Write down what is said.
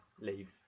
leave